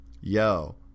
yo